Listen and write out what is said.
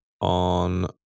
on